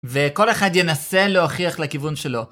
וכל אחד ינסה להוכיח לכיוון שלו.